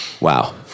Wow